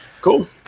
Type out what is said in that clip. Cool